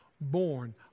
born